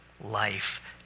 life